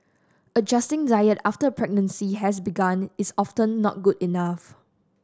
adjusting diet after a pregnancy has begun is often not good enough